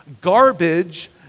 garbage